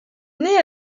née